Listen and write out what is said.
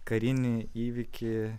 karinį įvykį